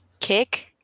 kick